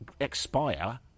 expire